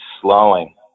slowing